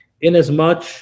Inasmuch